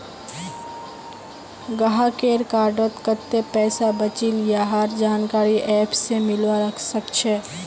गाहकेर कार्डत कत्ते पैसा बचिल यहार जानकारी ऐप स मिलवा सखछे